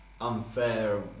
unfair